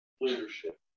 leadership